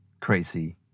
crazy